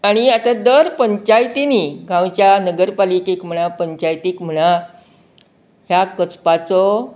आनी आता दर पंचायतीनी गांवच्या नगरपालिकेक म्हणा पंचायतीक म्हणा ह्या कचपाचो